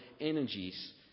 energies